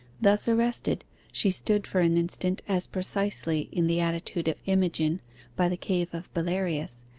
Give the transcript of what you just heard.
thus arrested she stood for an instant as precisely in the attitude of imogen by the cave of belarius,